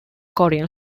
korean